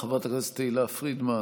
חברת הכנסת תהלה פרידמן,